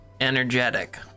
energetic